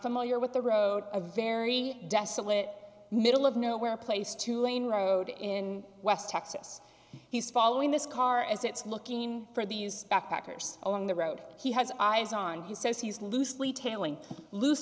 familiar with the road a very desolate middle of nowhere place two lane road in west texas he's following this car as it's looking for these backpackers along the road he has eyes on he says he's loosely tailing loose